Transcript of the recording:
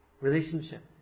relationship